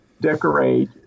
decorate